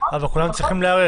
אבל כולם צריכים להיערך.